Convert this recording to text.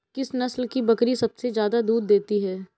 किस नस्ल की बकरी सबसे ज्यादा दूध देती है?